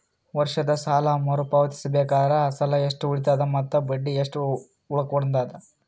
ವರ್ಷದ ಸಾಲಾ ಮರು ಪಾವತಿಸಬೇಕಾದರ ಅಸಲ ಎಷ್ಟ ಉಳದದ ಮತ್ತ ಬಡ್ಡಿ ಎಷ್ಟ ಉಳಕೊಂಡದ?